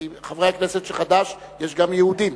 כי בחברי הכנסת של חד"ש יש גם יהודים.